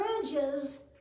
bridges